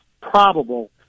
probable